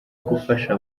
gufasha